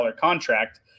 contract